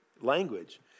language